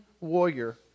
warrior